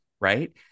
right